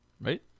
Right